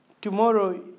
tomorrow